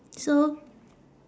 so